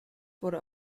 wurde